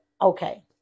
okay